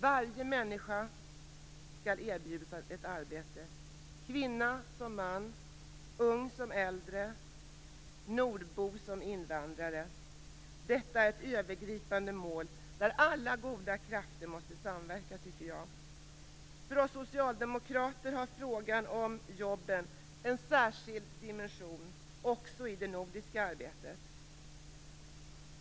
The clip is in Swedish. Varje människa skall erbjudas ett arbete - kvinna som man, ung som äldre, nordbo som invandrare. Detta är ett övergripande mål där alla goda krafter måste samverka. För oss socialdemokrater har frågan om jobben en särskild dimension också i det nordiska arbetet.